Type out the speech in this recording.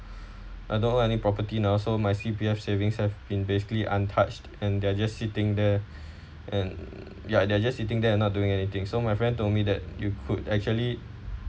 I don't own any property now so my C_P_F savings have been basically untouched and they're just sitting there and ya they're just sitting there and not doing anything so my friend told me that you could actually